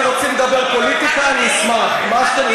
האמינו לי,